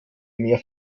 mehr